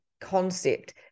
concept